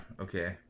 okay